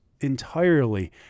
entirely